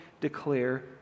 declare